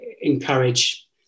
encourage